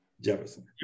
Jefferson